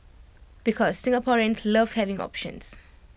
because Singaporeans love having options